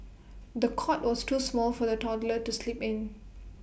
the cot was too small for the toddler to sleep in